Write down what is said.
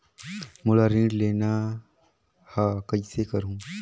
मोला ऋण लेना ह, कइसे करहुँ?